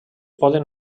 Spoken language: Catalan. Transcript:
poden